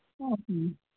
okay